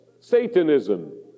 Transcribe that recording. Satanism